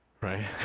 right